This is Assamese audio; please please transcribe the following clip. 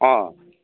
অঁ